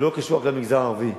זה לא קשור רק למגזר הערבי.